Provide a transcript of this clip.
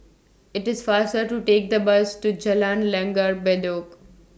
IT IS faster to Take The Bus to Jalan Langgar Bedok